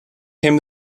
came